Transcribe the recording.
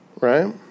right